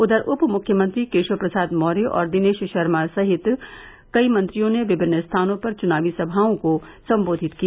उधर उप मुख्यमंत्री केशव प्रसाद मौर्य और दिनेश शर्मा सहित कई मंत्रियों ने विभिन्न स्थानों पर चुनावी सभाओं को सम्बोधित किया